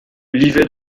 livet